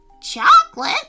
Chocolate